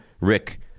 Rick